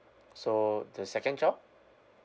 so the second child